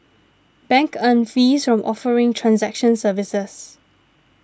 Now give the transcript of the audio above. banks earn fees from offering transaction services